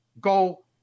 go